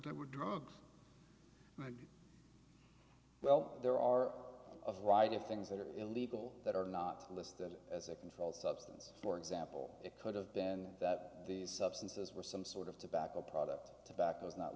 that were drugs well there are a variety of things that are illegal that are not listed as a controlled substance for example it could have been that these substances were some sort of tobacco product tobacco is not